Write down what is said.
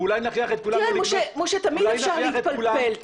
ואולי נכריח את כולם לא לקנות בשר?